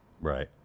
Right